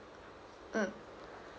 mm